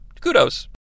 Kudos